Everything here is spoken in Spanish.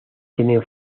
tienen